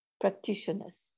practitioners